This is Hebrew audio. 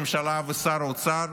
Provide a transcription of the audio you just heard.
ראש הממשלה ושר האוצר.